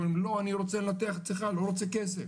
אבל אני רוצה לנתח אצלך לא רוצה כסף,